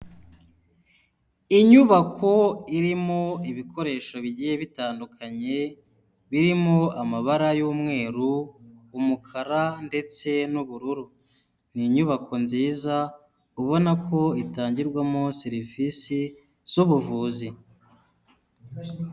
Inyubako irimo ibikoresho bigiye bitandukanye, birimo amabara y'umweru, umukara ndetse n'ubururu. Ni inyubako nziza ubona ko itangirwamo serivisi z'ubuvuzi.